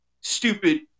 stupid